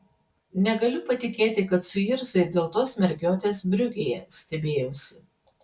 negaliu patikėti kad suirzai dėl tos mergiotės briugėje stebėjausi